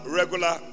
regular